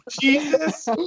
jesus